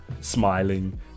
smiling